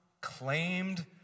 claimed